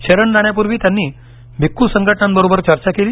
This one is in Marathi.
शरण जाण्यापूर्वी त्यांनी भिक्खू संघटनांबरोबर चर्चा केली